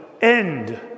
end